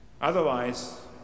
Otherwise